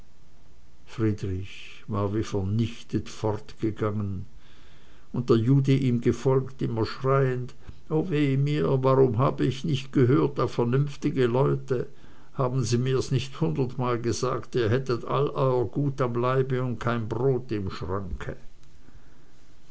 friedrich war wie vernichtet fortgegangen und der jude ihm gefolgt immer schreiend o weh mir warum hab ich nicht gehört auf vernünftige leute haben sie mir nicht hundertmal gesagt ihr hättet all eur gut am leibe und kein brod im schranke